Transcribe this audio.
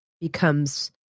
becomes